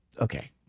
okay